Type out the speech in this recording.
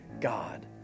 God